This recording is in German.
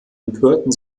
empörten